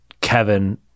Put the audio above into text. Kevin